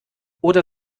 oder